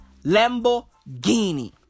Lamborghini